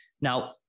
Now